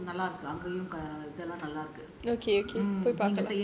ரொம்ப நல்லா இருக்கு அங்கயும் இதெல்லாம் நல்லா இருக்கு:romba nallaa irukku angaeyum ithellaam nallaa irukku